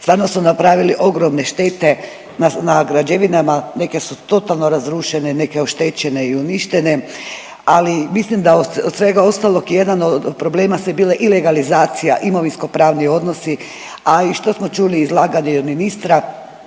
stvarno su napravili ogromne štete na građevinama. Neke su totalno razrušene, neke oštećene i uništene. Ali mislim da od svega ostalog jedan od problema su bile i legalizacija, imovinsko-pravni odnosi, a i što smo čuli izlaganje od ministra